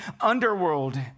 underworld